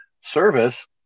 service